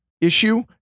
issue